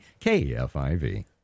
KFIV